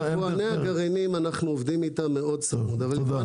אנחנו עובדים מאוד צמוד עם יבואני הגרעינים.